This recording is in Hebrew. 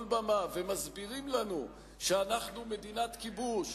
במה ומסבירים לנו שאנחנו מדינת כיבוש,